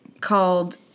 called